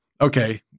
Okay